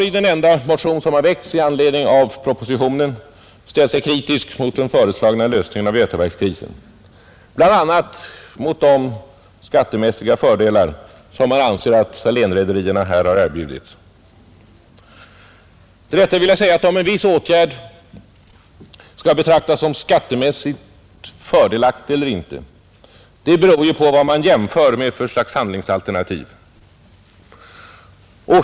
I den enda motion som väckts i anslutning till propositionen har man ställt sig kritisk till den föreslagna lösningen av Götaverkskrisen, bl.a. mot bakgrund av de skattemässiga fördelar som man anser att Salénrederierna har erbjudits. Till detta vill jag säga att om en viss åtgärd skall betraktas som skattemässigt fördelaktig eller inte beror på vad man jämför den med för slags handlingsalternativ.